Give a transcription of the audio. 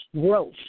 growth